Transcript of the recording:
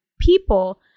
people